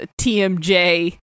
TMJ